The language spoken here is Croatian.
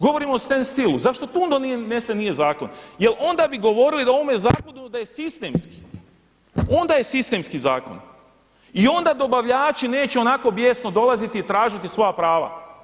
Govorimo o standstillu zašto tu onda nije donesen zakon jel onda bi govorili da o ovome zakonu da je sistemski, onda je sistemski zakon i onda dobavljači neće onako bijesno dolaziti i tražiti svoja prava.